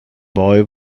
boy